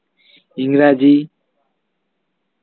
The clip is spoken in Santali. ᱤᱝᱨᱟᱡᱤ